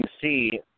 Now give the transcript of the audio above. see